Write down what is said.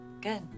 Good